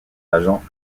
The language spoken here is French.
agents